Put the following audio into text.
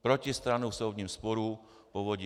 Protistranu v soudním sporu v Povodí